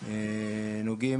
נוגעים